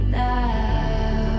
now